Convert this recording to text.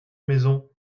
maisons